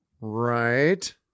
Right